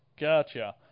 gotcha